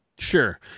Sure